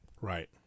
Right